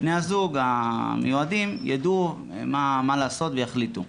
ובני הזוג המיועדים ידעו מה לעשות ויחליטו.